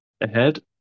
ahead